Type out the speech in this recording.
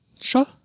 Sure